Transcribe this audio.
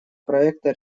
проекта